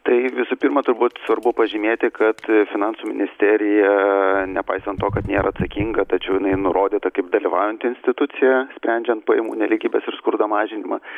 tai visų pirma turbūt svarbu pažymėti kad finansų ministerija nepaisant to kad nėra atsakinga tačiau nei nurodyta kaip dalyvaujanti institucija sprendžiant pajamų nelygybės ir skurdo mažinimą